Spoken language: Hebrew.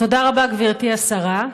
גברתי השרה,